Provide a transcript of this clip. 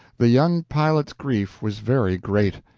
the young pilot's grief was very great.